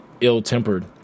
ill-tempered